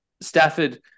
Stafford